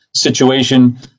situation